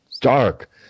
dark